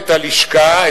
את הלשכה,